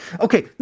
Okay